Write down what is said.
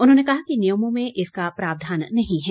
उन्होंने कहा कि नियमों में इसका प्रावधान नहीं है